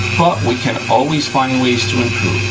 we can always find ways to and